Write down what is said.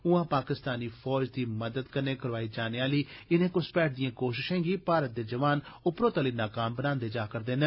उआं पाकिस्तानी फौज दी मदद कन्नै करोआई जाने आहली इनें घुसपैठ दिएं कोशशें गी भारत दे जवान उपरोतली नाकाम बनाऽ करदे न